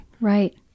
Right